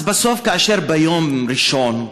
אז בסוף, כאשר ביום ראשון,